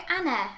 Anna